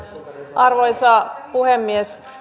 arvoisa puhemies